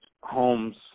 homes